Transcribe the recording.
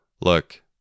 Look